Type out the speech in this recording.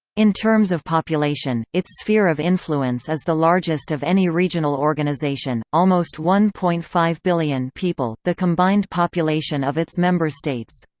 in terms of population, its sphere of influence is the largest of any regional organization almost one point five billion people, the combined population of its member states.